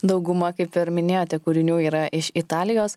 dauguma kaip per minėjote kūrinių yra iš italijos